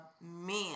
men